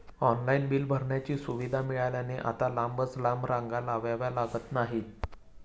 online bill भरण्याची सुविधा मिळाल्याने आता लांबच लांब रांगा लावाव्या लागत नाहीत